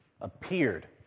appeared